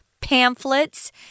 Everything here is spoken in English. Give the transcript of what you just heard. pamphlets